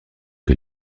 que